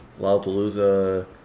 Lollapalooza